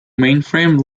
mainframe